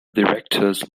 directors